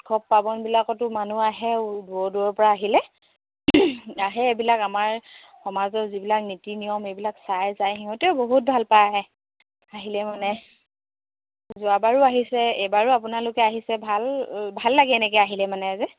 উৎসৱ পাৰ্বনবিলাকতো মানুহ আহে দূৰৰ দূৰৰপৰা আহিলে আহে এইবিলাক আমাৰ সমাজৰ যিবিলাক নীতি নিয়ম এইবিলাক চাই যায় সিহঁতেও বহুত ভাল পায় আহিলে মানে যোৱাবাৰো আহিছে এইবাৰো আপোনালোকে আহিছে ভাল ভাল লাগে এনেকৈ আহিলে মানে যে